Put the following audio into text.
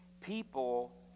people